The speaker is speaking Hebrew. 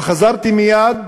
אבל חזרתי מייד,